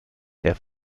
der